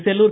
Sellur